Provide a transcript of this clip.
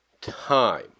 time